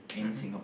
mmhmm